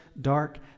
dark